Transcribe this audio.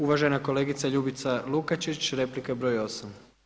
Uvažena kolegica Ljubica Lukačić, replika broj osam.